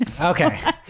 Okay